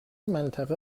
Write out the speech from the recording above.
منطقه